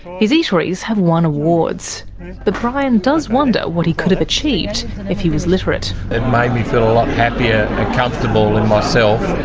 his eateries have won awards. but brian does wonder what he could have achieved if he was literate. it made me feel a lot happier and comfortable in myself.